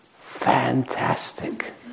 Fantastic